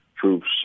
troops